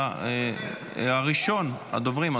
אתה ראשון הדוברים,